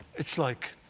it's like,